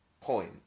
point